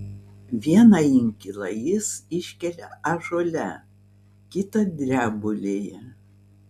vieną inkilą jis iškelia ąžuole kitą drebulėje